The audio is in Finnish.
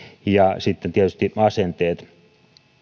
ja sitten tietysti asenteet